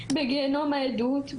בגיהינום העדות,